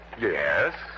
Yes